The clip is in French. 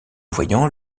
voyant